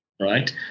right